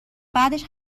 بعدش